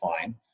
fine